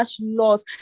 laws